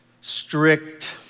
strict